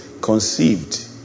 conceived